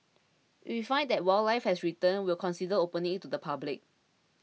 if we find that wildlife has returned we will consider opening it to the public